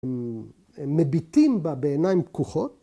‫מביטים בה בעיניים פקוחות.